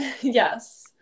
yes